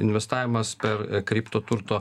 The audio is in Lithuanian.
investavimas per kripto turto